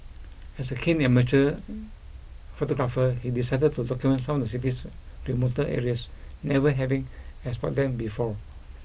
as a keen amateur photographer he decided to document some of the city's remoter areas never having explored them before